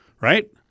right